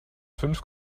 fünf